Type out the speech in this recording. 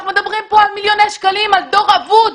אנחנו מדברים פה על מיליוני שקלים, על דור אבוד.